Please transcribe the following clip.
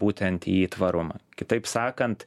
būtent į tvarumą kitaip sakant